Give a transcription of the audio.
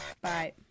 Bye